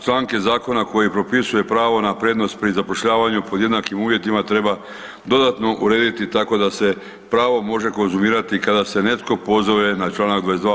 Članke zakona koji propisuje pravo na prednost pri zapošljavanju po jednakim uvjetima treba dodatno urediti tako da se pravo može konzumirati kada se netko pozove na čl. 22.